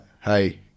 hey